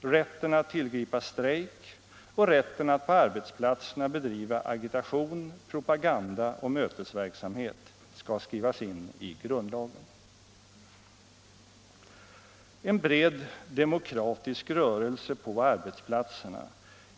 rätten att tillgripa strejk och rätten att på arbetsplatserna bedriva agitation, propaganda och mötesverksamhet skall skrivas in i grundlagen. En bred demokratisk rörelse på arbetsplatserna